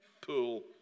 pool